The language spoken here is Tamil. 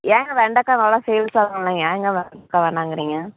ஏங்க வெண்டக்காய் நல்லா சேல்ஸ் ஆகும் இல்லைங்க ஏங்க வெண்டக்காய் வேணாம்கிறீங்க